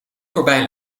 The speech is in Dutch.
voorbij